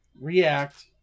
react